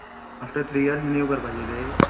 after three year renew करपाचें तें